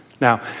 Now